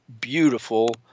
Beautiful